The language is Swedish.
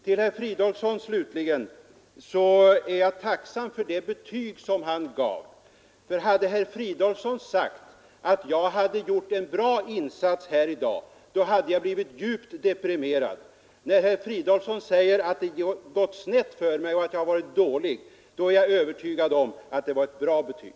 Till herr Fridolfsson vill jag slutligen säga, att jag är tacksam för det betyg som han gav. Hade herr Fridolfsson sagt att jag hade gjort en bra insats här i dag då hade jag blivit djupt deprimerad. När herr Fridolfsson säger att det gått snett för mig och att jag gjort en dålig insats då är jag övertygad om att det är ett bra betyg.